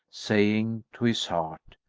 saying to his heart,